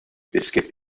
biscuit